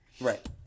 Right